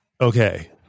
okay